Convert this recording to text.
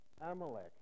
Amalek